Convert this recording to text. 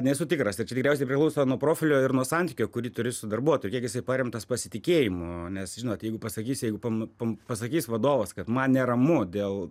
nesu tikras tai čia tikriausiai priklauso nuo profilio ir nuo santykio kurį turi su darbuotojų kiekis paremtas pasitikėjimu nes žinot jeigu pasakysi jeigu pasakys vadovas kad man neramu dėl